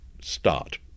start